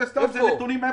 אלה סתם נתונים.